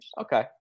Okay